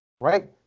right